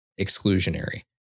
exclusionary